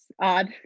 odd